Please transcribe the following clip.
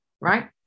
right